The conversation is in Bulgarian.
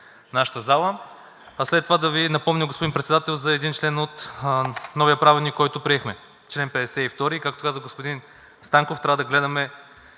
нашата зала. След това да Ви напомня, господин Председател, за един член от новия Правилник, който приехме – чл. 52, както каза господин Станков, трябва да говорим